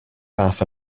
half